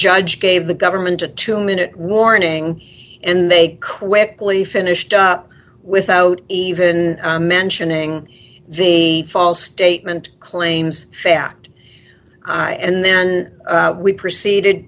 judge gave the government a two minute warning and they quickly finished up without even mentioning the false statement claims fact i and then we proceeded